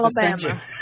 Alabama